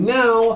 now